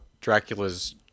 Dracula's